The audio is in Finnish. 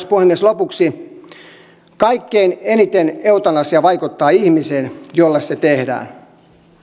puhemies lopuksi kaikkein eniten eutanasia vaikuttaa ihmiseen jolle se tehdään